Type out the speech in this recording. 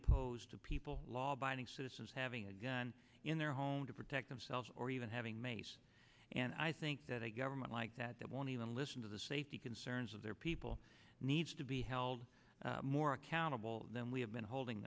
oppose people law abiding citizens having a gun in their home to protect themselves or even having mace and i think that a government like that that won't even listen to the safety concerns of their people needs to be held more accountable than we have been holding